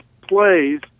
plays